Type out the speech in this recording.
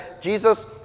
Jesus